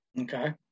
Okay